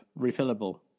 refillable